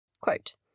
Quote